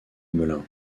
melun